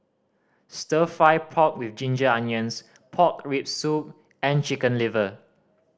Stir Fry pork with ginger onions pork rib soup and Chicken Liver